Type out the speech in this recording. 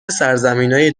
سرزمینای